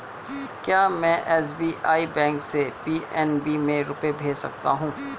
क्या में SBI bank से पी.एन.बी में रुपये भेज सकती हूँ?